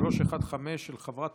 מס' 315, של חברת